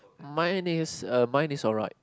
mine is uh mine is alright